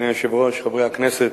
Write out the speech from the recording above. אדוני היושב-ראש, חברי הכנסת,